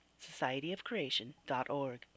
Societyofcreation.org